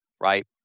right